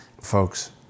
folks